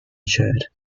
ensured